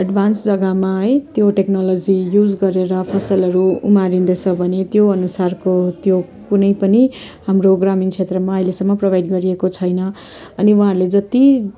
advance जग्गामा है त्यो टेक्नोलोजी युज गरेर फसलहरू उमारिन्दैछ भने त्यो अनुसारको त्यो कुनै पनि हाम्रो ग्रामीण क्षेत्रमा अहिलेसम्म प्रोभाइड गरिएको छैन अनि उहाँहरूले जति